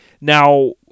Now